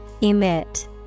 Emit